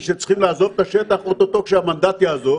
שצריכים לעזוב את השטח או-טו-טו כשהמנדט יעזוב